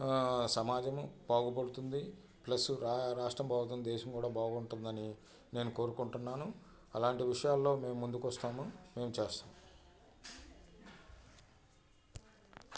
సమాజము బాగుపడుతుంది ప్లస్సు రా రాష్ట్రం బాగుంటుంది దేశం కూడా బాగుంటుందని నేను కోరుకుంటున్నాను అలాంటి విషయాల్లో మేము ముందుకు వస్తాము మేము చేస్తాము